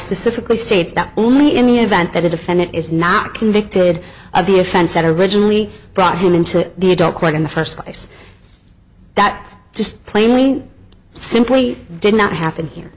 specifically states that only in the event that a defendant is not convicted of the offense that originally brought him into the adult court in the first place that just plainly simply did not happen